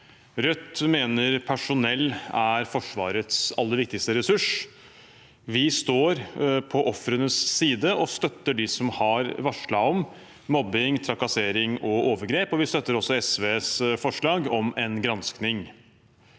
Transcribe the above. Rødt mener personell er Forsvarets aller viktigste ressurs. Vi står på ofrenes side og støtter dem som har varslet om mobbing, trakassering og overgrep, og vi støtter også SVs forslag om en gransking.